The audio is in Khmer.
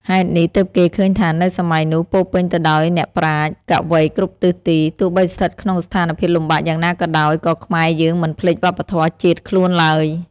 ហេតុនេះ ទើបគេឃើញថានៅសម័យនោះពោរពេញទៅដោយអ្នកប្រាជ្ញ កវីគ្រប់ទិសទី ទោះបីស្ថិតក្នុងស្ថានភាពលំបាកយ៉ាងណាក៏ដោយ ក៏ខ្មែរយើងមិនភ្លេចវប្បធម៌ជាតិខ្លួនឡើយ។